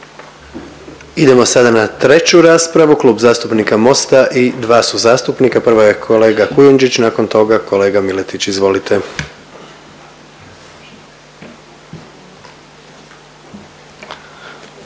Idemo sad na treću raspravu Klub zastupnika Mosta i dva su zastupnika, prvo je kolega Kujundžić nakon toga kolega Miletić. Izvolite.